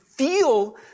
feel